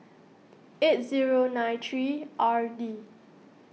eight zero nine three r d